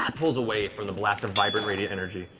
pulls away from the blast of vibrant, radiant energy.